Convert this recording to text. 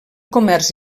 comerç